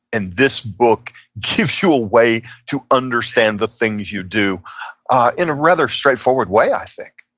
and this book gives you a way to understand the things you do in a rather straightforward way, i think